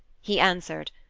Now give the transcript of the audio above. he answered,